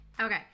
Okay